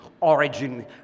origin